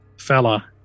fella